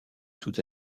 sous